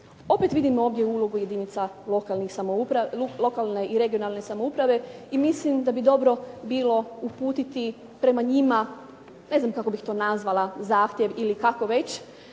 Opet vidim ovdje ulogu jedinica lokalne i regionalne samouprave i mislim da bi dobro bilo uputiti prema njima, ne znam kako bih to nazvala zahtjev ili kako već